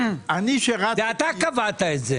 ואתה קבעת את זה